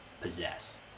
possess